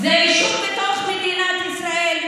זה יישוב בתוך מדינת ישראל.